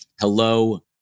Hello